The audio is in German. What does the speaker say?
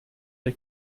der